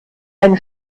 einen